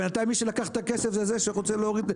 בינתיים מי שלקח את הכסף זה זה שלא רוצה להוריד.